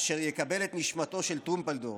אשר יקבל את נשמתו של טרומפלדור,